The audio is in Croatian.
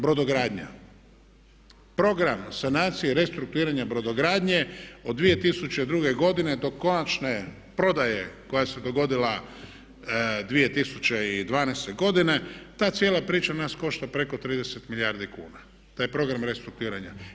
Brodogradnja, program sanacije i restrukturiranja brodogradnje od 2002. godine do konačne prodaje koja se dogodila 2012. godine ta cijela priča nas košta preko 30 milijardi kuna taj program restrukturiranja.